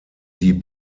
die